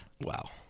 wow